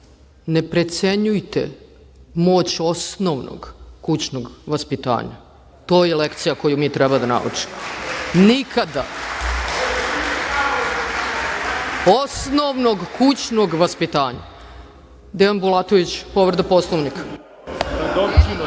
ne precenjujte moć osnovnog kućnog vaspitanja. To je lekcija koju mi treba da naučimo. Nikada, osnovnog kućnog vaspitanja. Dejan Bulatović ima reč, povreda Poslovnika.